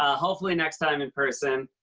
ah hopefully next time in person.